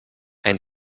ein